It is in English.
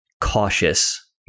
cautious